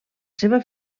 seva